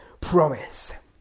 promise